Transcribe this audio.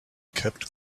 kept